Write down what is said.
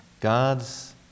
God's